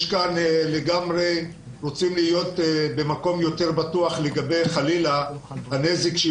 לגמרי רוצים להיות במקום יותר בטוח לגבי חלילה הנזק שהיא